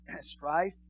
Strife